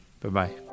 bye-bye